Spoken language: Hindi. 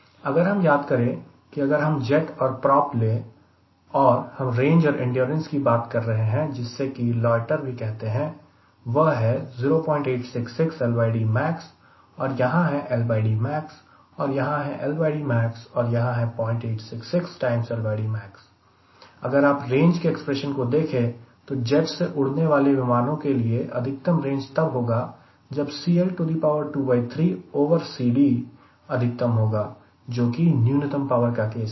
अगर हम याद करें कि अगर हम जेट और प्रोप ले और हम रेंज और एंड्योरेंस की बात कर रहे हैं जिससे कि लोयटर भी कहते हैं वह है 0866 LD max और यहां है LD max और यहां LD max और यहां है 0866 LD max अगर आप रेंज के एक्सप्रेशन को देखें तो जेट से उड़ने वाले विमान के लिए अधिकतम रेंज तब होगा जब CL23CD अधिकतम होगा जोकि न्यूनतम पावर का केस है